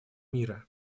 мира